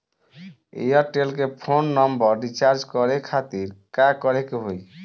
Airtel के phone number recharge करे के खातिर का करे के होई?